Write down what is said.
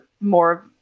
more